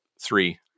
Three